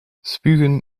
spugen